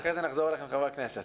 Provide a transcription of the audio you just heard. אחרי זה נחזור לחברי הכנסת.